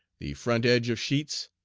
the front edge of sheets,